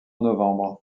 novembre